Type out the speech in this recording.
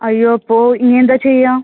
അയ്യോ അപ്പോൾ ഇനി എന്താണ് ചെയ്യുക